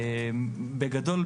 בגדול,